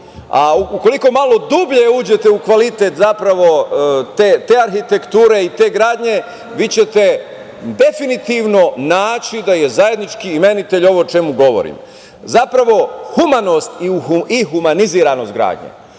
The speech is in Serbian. Ukoliko malo dublje uđete u kvalitet zapravo te arhitekture i te gradnje vi ćete definitivno naći da je zajednički imenitelj ovo o čemu govorim. Zapravo humanost i humaniziranost gradnje,